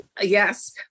yes